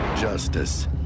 Justice